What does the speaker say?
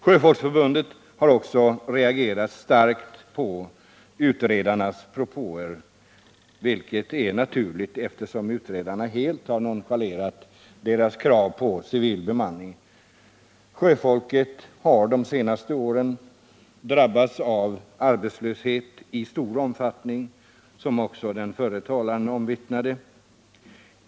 Sjöfolksförbundet har också reagerat starkt på utredarnas propåer, vilket är naturligt eftersom utredarna helt har nonchalerat dess krav på civil bemanning. Sjöfolket har de senaste åren drabbats av arbetslöshet i stor omfattning, vilket också den förre talaren klargjorde.